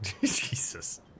Jesus